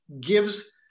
gives